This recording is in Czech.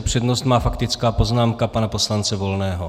Přednost má faktická poznámka pana poslance Volného.